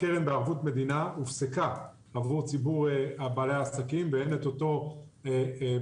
הקרן בערבות מדינה הופסקה עבור ציבור בעלי העסקים ואין את אותה קרן